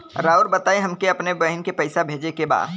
राउर बताई हमके अपने बहिन के पैसा भेजे के बा?